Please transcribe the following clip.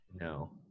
No